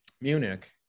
Munich